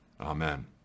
Amen